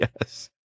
Yes